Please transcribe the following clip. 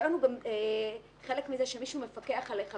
הרישיון הוא גם כזה שמישהו מפקח עליה.